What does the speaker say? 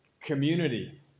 community